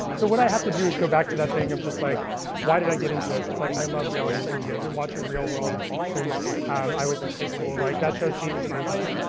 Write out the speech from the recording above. so what i have to do is go back to that thing of, like why did i get into this? it's, like i love reality tv. i've been watching real world since i was in high school. like that show changed my life.